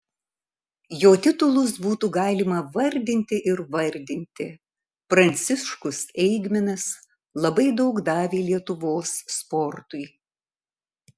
jo titulus būtų galima vardinti ir vardinti pranciškus eigminas labai daug davė lietuvos sportui